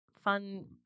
fun